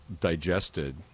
digested